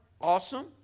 awesome